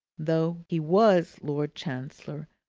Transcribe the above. though he was lord chancellor,